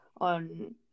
on